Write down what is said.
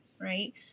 right